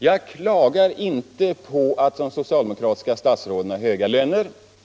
Jag klagar inte på att de socialdemokratiska statsråden har höga löner.